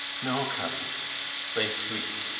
no, coz they sleep.